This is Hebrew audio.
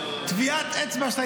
טביעת אצבע,